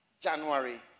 January